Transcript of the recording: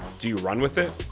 do you run with it?